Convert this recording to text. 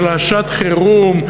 של שעת-חירום,